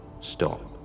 Stop